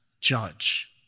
judge